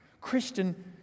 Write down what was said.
Christian